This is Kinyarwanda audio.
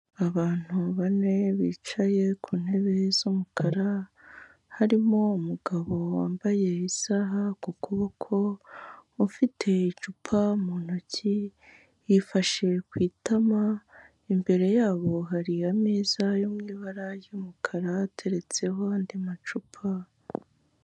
Abantu bane bicaye ku ntebe z'umukara harimo umugabo wambaye isaha ku kuboko ufite icupa mu ntoki yifashe ku itama, imbere yabo hari ameza yo mu ibara ry'umukara ateretseho andi macupa.